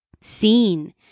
seen